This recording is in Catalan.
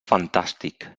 fantàstic